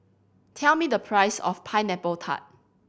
tell me the price of Pineapple Tart